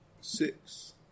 six